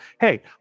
hey